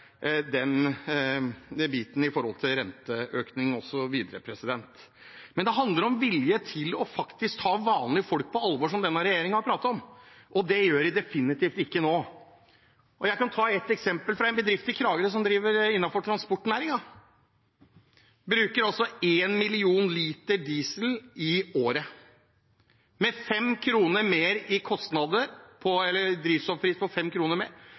ta vanlige folk på alvor, som denne regjeringen har pratet om. Det gjør de definitivt ikke nå. Jeg kan ta et eksempel: en bedrift i Kragerø som driver innenfor transportnæringen. De bruker 1 million liter diesel i året. Med 5 kr høyere drivstoffpris blir det 5 mill. kr i